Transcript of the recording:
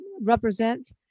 represent